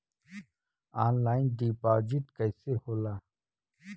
Online deposit कैसे होला?